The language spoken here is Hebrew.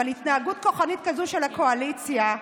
אבל התנהגות כוחנית כזאת של הקואליציה,